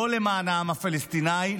לא למען העם הפלסטיני.